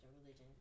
religion